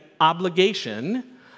obligation